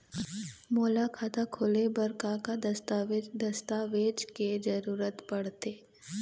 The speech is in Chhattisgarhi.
मोला खाता खोले बर का का दस्तावेज दस्तावेज के जरूरत पढ़ते?